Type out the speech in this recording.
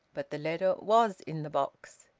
but the letter was in the box.